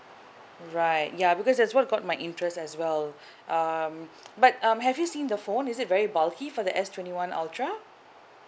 right ya because that's what got my interest as well um but um have you seen the phone is it very bulky for that S twenty one ultra